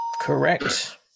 Correct